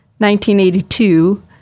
1982